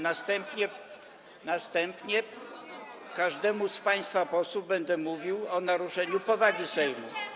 Następnie każdemu z państwa posłów będę mówił o naruszeniu powagi Sejmu.